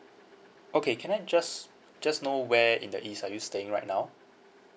okay can I just just know where in the east are you staying right now